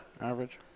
Average